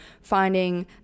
finding